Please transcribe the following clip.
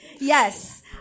Yes